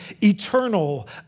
eternal